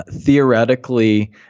theoretically